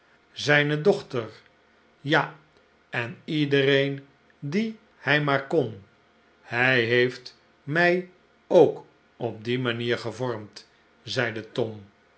zijne dochter ja en iedereen dien hij maar kon hi heeft mij ook op die manier gevormd zeide tom